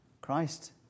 Christ